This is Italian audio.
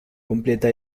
completa